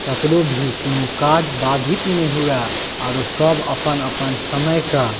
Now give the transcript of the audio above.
ककरो भी कोनो काज बाधित नहि हुए आरो सभ अपन अपन समयके